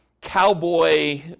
cowboy